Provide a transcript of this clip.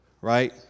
Right